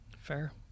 Fair